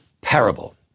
parable